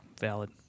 valid